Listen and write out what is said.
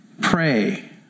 Pray